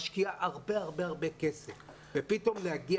משקיעה הרבה הרבה הרבה כסף ופתאום להגיע